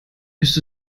ist